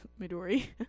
Midori